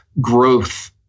growth